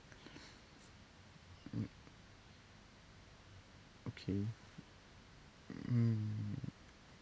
mm okay um